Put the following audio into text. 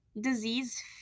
disease